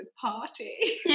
party